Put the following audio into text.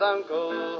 Uncle